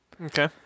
Okay